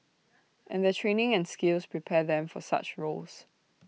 and their training and skills prepare them for such roles